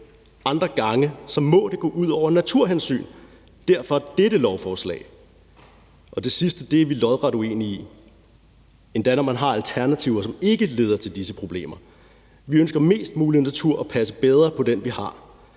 andre gange må det gå ud over naturhensyn. Derfor kommer dette lovforslag. Og det sidste er vi lodret uenige i, endda når man har alternativer, som ikke leder til disse problemer. Vi ønsker mest mulig natur og at passe bedre på den, vi har.